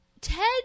Ted